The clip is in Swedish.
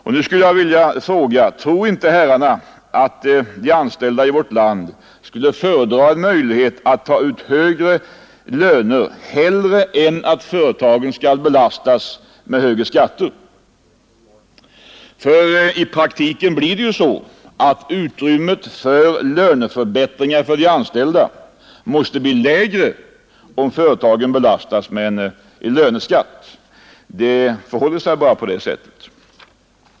Tror inte herrarna att de anställda i vårt land skulle föredra en möjlighet att ta ut högre löner hellre än att företagen skall belastas med högre skatter? I praktiken måste ju utrymmet för löneförbättringar åt de anställda bli mindre om företagen belastas med en löneskatt. Det förhåller sig bara på det sättet.